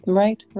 right